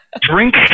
drink